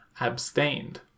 abstained